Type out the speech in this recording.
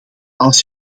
als